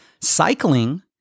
Cycling